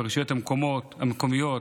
ברשויות המקומיות,